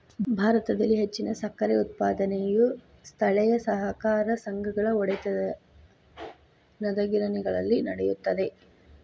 ಭಾರತದಲ್ಲಿ ಹೆಚ್ಚಿನ ಸಕ್ಕರೆ ಉತ್ಪಾದನೆಯು ಸ್ಥಳೇಯ ಸಹಕಾರ ಸಂಘಗಳ ಒಡೆತನದಗಿರಣಿಗಳಲ್ಲಿ ನಡೆಯುತ್ತದೆ